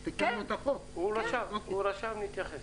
אוסנת, בבקשה.